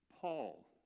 Paul